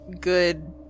Good